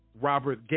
Robert